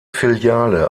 filiale